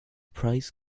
prize